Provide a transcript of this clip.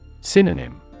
Synonym